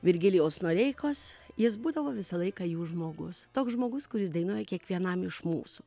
virgilijaus noreikos jis būdavo visą laiką jų žmogus toks žmogus kuris dainuoja kiekvienam iš mūsų